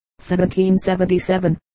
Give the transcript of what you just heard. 1777